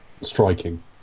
striking